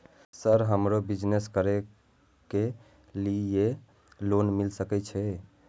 Sir हमरो business करके ली ये लोन मिल सके छे?